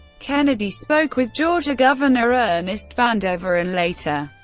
kennedy spoke with georgia governor ernest vandiver and later,